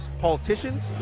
politicians